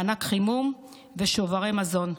מענק חימום ושוברי מזון.